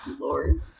Lord